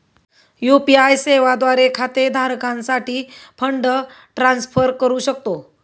UPI सेवा द्वारे खाते धारकासाठी फंड ट्रान्सफर करू शकतो